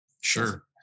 Sure